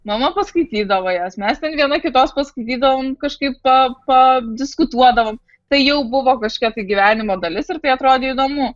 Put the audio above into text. mama paskaitydavo jas mes ten viena kitos paskaitydavom kažkaip pa pa diskutuodavom tai jau buvo kažkokia tai gyvenimo dalis ir tai atrodė įdomu